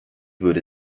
würde